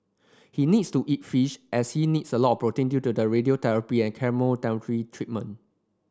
he needs to eat fish as he needs a lot protein due to the radiotherapy and chemotherapy treatment